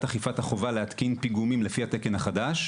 אכיפת החובה להתקין פיגומים לפי התקן החדש,